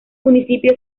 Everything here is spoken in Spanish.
municipio